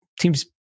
teams